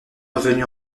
revenu